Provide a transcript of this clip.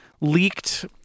leaked